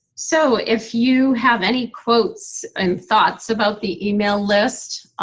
so, if you have any quotes and thoughts about the email list,